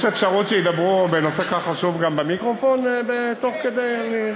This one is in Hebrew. יש אפשרות שידברו בנושא כל כך חשוב גם במיקרופון תוך כדי?